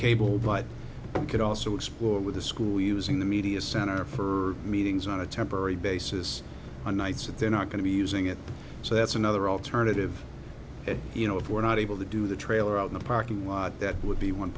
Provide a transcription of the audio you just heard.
cable but you could also explore with the school using the media center for meetings on a temporary basis on nights that they're not going to be using it so that's another alternative you know if we're not able to do the trailer on the parking lot that would be one